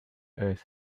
earth